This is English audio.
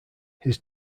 his